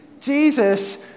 Jesus